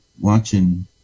watching